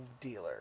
dealer